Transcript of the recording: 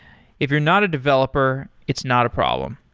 if you're not a developer, it's not a problem.